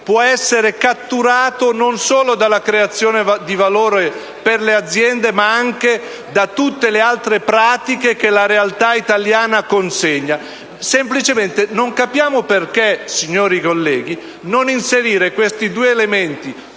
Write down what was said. può essere catturato non solo dalla creazione di valore per le aziende, ma anche da tutte le altre pratiche che la realtà italiana consegna. Semplicemente non capiamo perché non inserire questi due elementi,